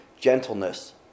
gentleness